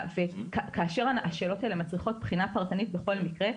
כאשר השאלות האלה מצריכות בחינה פרטנית בכל מקרה,